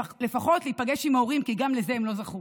ולפחות להיפגש עם ההורים, כי גם לזה הם לא זכו.